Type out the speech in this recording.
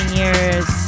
years